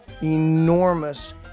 enormous